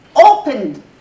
opened